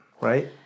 right